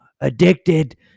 addicted